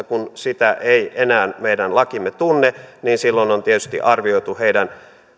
kun sitä ei enää meidän lakimme tunne niin silloin on tietysti arvioitu heidän